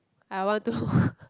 I want to